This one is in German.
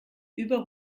über